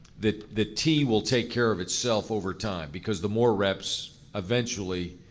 the the t will take care of itself over time. because the more reps, eventually,